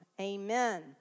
Amen